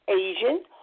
Asian